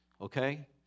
Okay